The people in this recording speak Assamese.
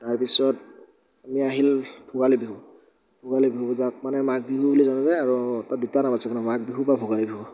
তাৰ পিছত আমি আহিল ভোগালী বিহু ভোগালী বিহু যাক মানে মাঘ বিহু বুলি জনা যায় আৰু তাত দুটা নাম আছিল মাঘ বিহু বা ভোগালী বিহু